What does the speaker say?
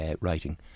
writing